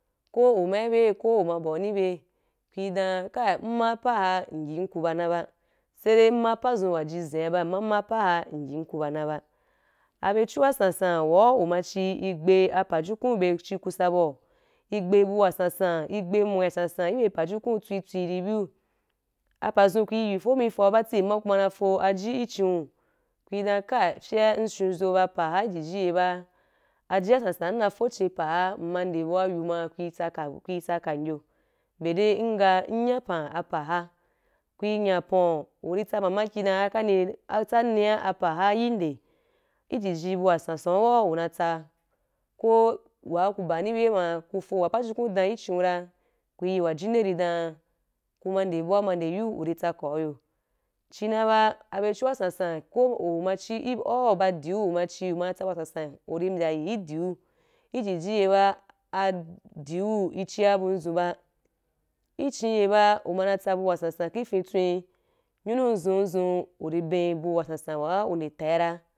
Ko uma ibe ko uma ba’uni ku ye dan kai ima pa’a iye ku ba na ba, sai dai ima pazu wa jin ziu ba, amma ima pu’ha, nyi ku ba na ba. Abe chu wasan san wa uma chi igbe a pajukun be chi ku sa ba’u, igbe bu wasansan, igbe nmui wa sansan igbe mnui wa sansan ibe pajuku atwi twi ribiyu apazu, ku yi fon mi fora bati, amma ku naa fon aji idu’u ku dan kai fyen mm shonzo ba pa’a ijiji yeba aji wasansan ina fon chin pa’a ima nde bu’a yu ma ku tsakai, ku yi tsakan yo, be ri ngah nyan pan apa’ja. Ku yi nysu pon, uri tsa “mamaki” dan akani, tsaniya apa’a yin de? Ijiji bu wasansan’o wa umotsa, ko wa ku ba’ani be ma, ku fon wa pajukun dan ichin ra, ku yi wajinde ri dan, ka ma nde bu’a ma nde yo, uri tsakan yu. Chi-na ba abe chu wasan san, ku uma chi, au ba diu ua chì, uma tsabu wasansan uri mbya yi idiu, ijiji ye ba, abiu idui’a bun zun ba, u chi ye ba, uma na tsaba wasansan ki fintwen, yunu zun, zun uri ben bu wasansan wa ade ta’a ra.